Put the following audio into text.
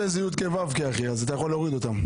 26 זה יקו"ק, אחי, אז אתה יכול להוריד אותן.